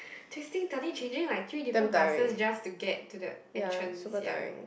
twisting turning changing like three different buses just to get to the entrance ya